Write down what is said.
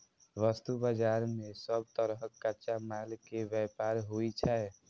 वस्तु बाजार मे सब तरहक कच्चा माल के व्यापार होइ छै